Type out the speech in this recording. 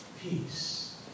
Peace